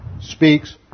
speaks